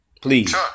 please